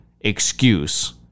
excuse